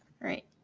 right